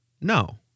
No